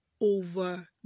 over